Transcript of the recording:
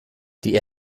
die